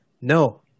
No